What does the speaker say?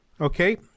Okay